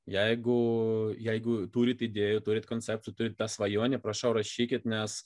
jeigu jeigu turit idėjų turit koncepcijų turit svajonių prašau rašykit nes